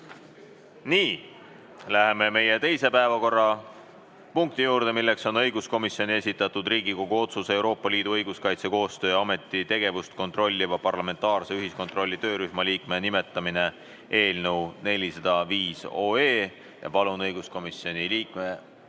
Läheme meie teise päevakorrapunkti juurde. See on õiguskomisjoni esitatud Riigikogu otsuse "Euroopa Liidu Õiguskaitsekoostöö Ameti tegevust kontrolliva parlamentaarse ühiskontrolli töörühma liikmete nimetamine" eelnõu 405. Palun, õiguskomisjoni liige